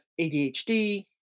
ADHD